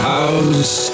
House